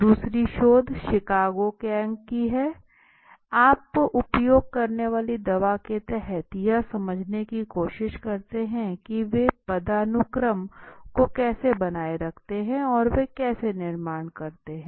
दूसरी शोध शिकागो गिरोह की है आप उपयोग करने वाली दवा के तहत यह समझने की कोशिश करते हैं कि वे पदानुक्रम को कैसे बनाए रखते हैंऔर वे कैसे निर्णय लेते हैं